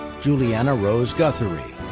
julianna rose guthary.